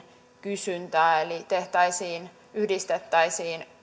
kysyntää eli yhdistettäisiin